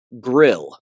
grill